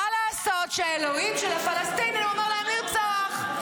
מה לעשות שהאלוהים של הפלסטינים אומר להם לרצוח?